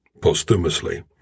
posthumously